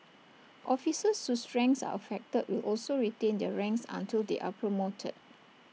officers whose ranks are affected will also retain their ranks until they are promoted